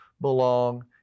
belong